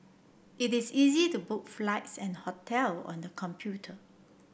it is easy to book flights and hotel on the computer